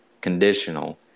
conditional